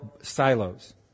silos